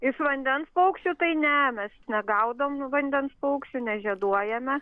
iš vandens paukščių tai ne mes negaudom vandens paukščių nežieduojame